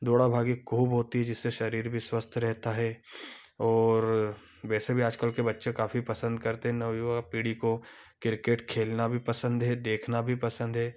दौड़ा भागी को बहुत तेज़ी से शरीर भी स्वस्थ रहता है और वैसे भी आज कल के बच्चे काफ़ी पसंद करते हैं नवयुवा पीढ़ी को क्रिकेट खेलना भी पसंद है देखना भी पसंद है